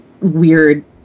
weird